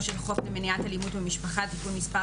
של חוק למניעת אלימות במשפחה (תיקון מס'